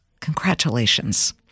Congratulations